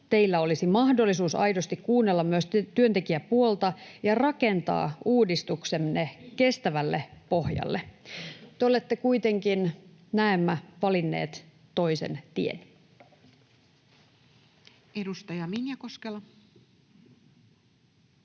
teillä olisi mahdollisuus aidosti kuunnella myös työntekijäpuolta ja rakentaa uudistuksenne kestävälle pohjalle. Te olette kuitenkin näemmä valinneet toisen tien. [Speech 232] Speaker: